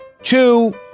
Two